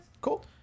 Cool